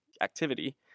activity